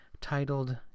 titled